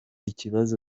ikibazo